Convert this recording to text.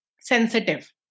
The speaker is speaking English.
sensitive